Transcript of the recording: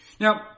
now